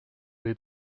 les